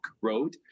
Road